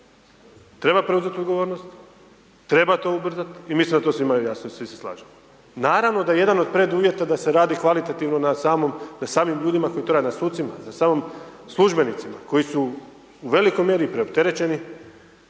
Treba preuzeti odgovornost, treba to ubrzati i mislim da je to svima jasno i svi se slažemo. Naravno da je jedan od preduvjeta da se radi kvalitativno na samim ljudima koji to rade, na sucima, službenicima koji su u velikoj mjeri preopterećeni